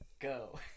go